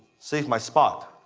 save my spot.